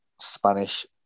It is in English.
Spanish